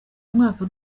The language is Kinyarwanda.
umwaka